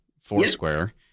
foursquare